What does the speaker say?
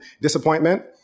disappointment